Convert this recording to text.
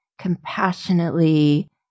compassionately